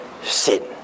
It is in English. sin